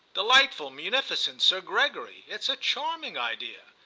delightful munificent sir gregory! it's a charming idea.